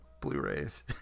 Blu-rays